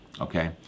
Okay